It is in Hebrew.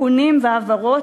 תיקונים והעברות.